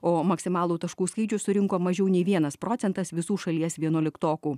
o maksimalų taškų skaičių surinko mažiau nei vienas procentas visų šalies vienuoliktokų